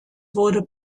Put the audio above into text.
wurde